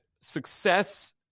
success